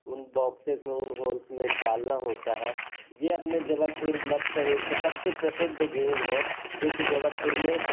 उन बॉक्सेस में उन हॉल्स में डालना होता है यह अपने जबलपुर मध्य प्रदेश का सबसे प्रसिद्ध गेम है जो कि जबलपुर में